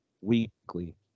weekly